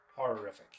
Horrific